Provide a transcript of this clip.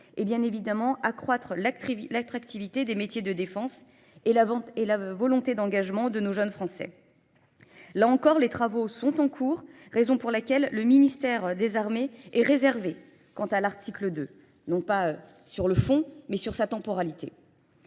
et bien évidemment, accroître l'attractivité des métiers de défense et la volonté d'engagement de nos jeunes Français. Là encore, les travaux sont en cours, raison pour laquelle le ministère des Armées est réservé quant à l'article 2, non pas sur le fond, mais sur sa temporalité.